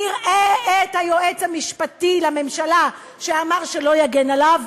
נראה את היועץ המשפטי לממשלה שאמר שלא יגן עליו,